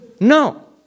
No